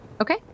Okay